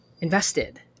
invested